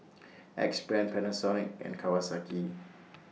Axe Brand Panasonic and Kawasaki